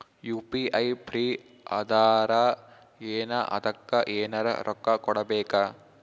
UPI free ಅದಾರಾ ಏನ ಅದಕ್ಕ ಎನೆರ ರೊಕ್ಕ ಕೊಡಬೇಕ?